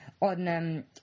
on